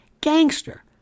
gangster